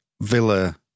Villa